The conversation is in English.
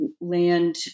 land